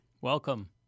Welcome